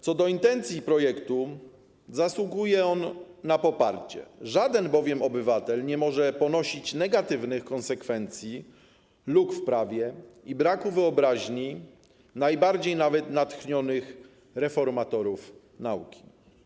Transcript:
Co do intencji projektu, to zasługuje on na poparcie, bowiem żaden obywatel nie może ponosić negatywnych konsekwencji luk w prawie i braku wyobraźni nawet najbardziej natchnionych reformatorów nauki.